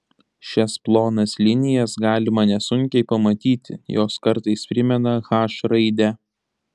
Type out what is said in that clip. šias plonas linijas galima nesunkiai pamatyti jos kartais primena h raidę